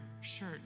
shirt